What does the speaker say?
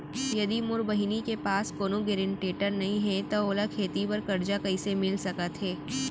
यदि मोर बहिनी के पास कोनो गरेंटेटर नई हे त ओला खेती बर कर्जा कईसे मिल सकत हे?